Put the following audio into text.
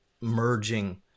merging